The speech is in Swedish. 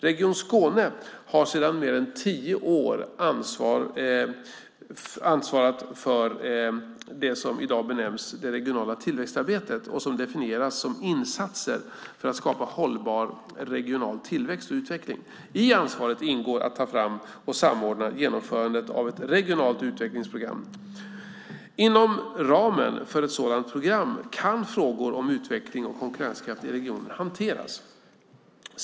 Region Skåne har sedan mer än tio år ansvarat för det som i dag benämns det regionala tillväxtarbetet och som definieras som insatser för att skapa hållbar regional tillväxt och utveckling. I ansvaret ingår att ta fram och samordna genomförandet av ett regionalt utvecklingsprogram . Inom ramen för ett sådant program kan frågor om utveckling och konkurrenskraft i regionen hanteras.